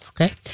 okay